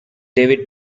david